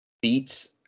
beats